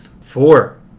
Four